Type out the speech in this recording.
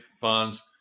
funds